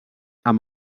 amb